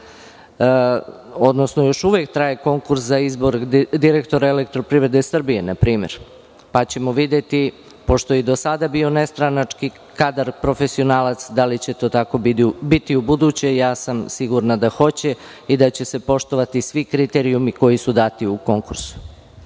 odnosno još uvek traje konkurs za izbor direktora EPS, na primer, pa ćemo videti, pošto je i do sada bio nestranački kadar, profesionalac, da li će to tako biti ubuduće. Sigurna sam da hoće, da će se poštovati svi kriterijumi koji su dati u konkursu.